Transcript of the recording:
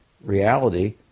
reality